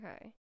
Okay